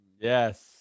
yes